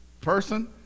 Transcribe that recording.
person